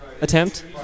Attempt